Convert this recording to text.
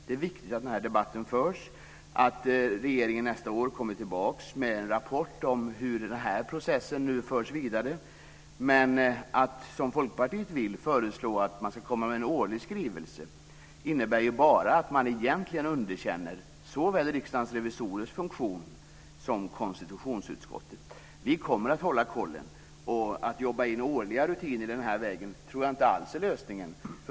Det är viktigt att debatten förs och att regeringen nästa år kommer tillbaka med en rapport om hur man går vidare. Men Folkpartiets förslag om att regeringen ska avge en årlig skrivelse innebär ju bara att man underkänner både Riksdagens revisorers och konstitutionsutskottets funktion. Vi kommer att hålla koll på utvecklingen. Men att införa årliga rutiner tror jag inte alls är någon lösning.